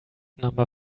number